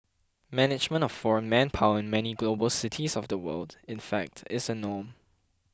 management of foreign manpower in many global cities of the world in fact is a norm